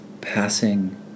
passing